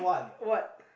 what